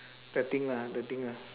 the thing lah the thing lah